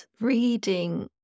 reading